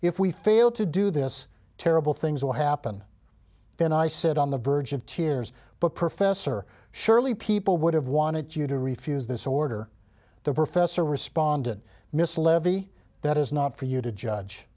if we fail to do this terrible things will happen then i said on the verge of tears but professor surely people would have wanted you to refuse this order the professor responded miss levy that is not for you to judge